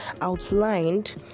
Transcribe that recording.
outlined